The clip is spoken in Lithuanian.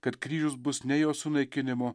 kad kryžius bus ne jo sunaikinimo